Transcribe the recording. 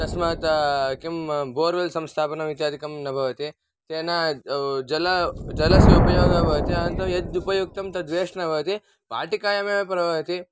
तस्मात् किं बोर्वेल् संस्थापनम् इत्यादिकं न भवति तेन जलं जलस्य उपयोगः भवति अनन्तरं यत् उपयुक्तं तत् वेष्ट् न भवति वाटिकायमेव प्रवहति